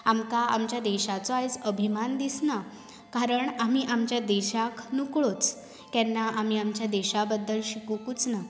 आमकां आमच्या देशाचो आयज अभिमान दिसनां कारण आमी आमच्या देशाक नुकळोच केन्ना आमी आमच्या देशा बद्दल शिकोकूच ना